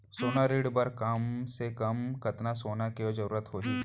सोना ऋण बर कम से कम कतना सोना के जरूरत होही??